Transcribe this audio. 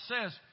says